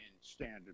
standard